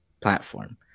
platform